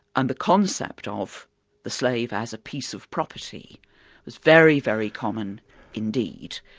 and the concept of the slave as a piece of property is very, very common indeed.